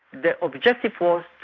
the objective was